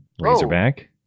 Razorback